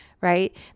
right